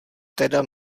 teda